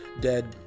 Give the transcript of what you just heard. dead